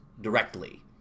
directly